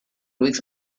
weeks